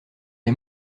les